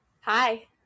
Hi